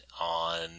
on